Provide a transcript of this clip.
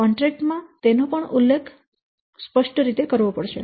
contract માં તેનો પણ સ્પષ્ટ ઉલ્લેખ કરવો પડશે